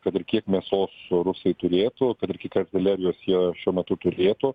kad ir kiek mėsos rusai turėtų kad ir kiek artilerijos jie šiuo metu turėtų